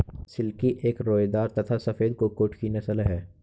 silkie एक रोएदार तथा सफेद कुक्कुट की नस्ल है